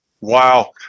Wow